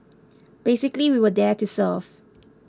basically we were there to serve